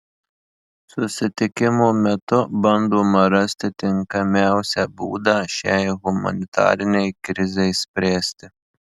susitikimo metu bandoma rasti tinkamiausią būdą šiai humanitarinei krizei spręsti